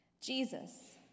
Jesus